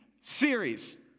series